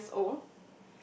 six years old